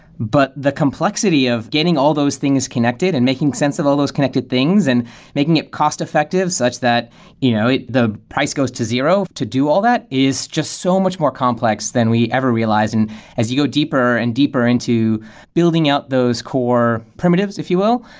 but the complexity of getting all those things connected and making sense of all those connected things and making it cost-effective, such that you know if the price goes to zero, to do all that is just so much more complex than we ever realized. and as you go deeper and deeper into building out those core primitives, if you will,